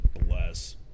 bless